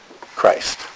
Christ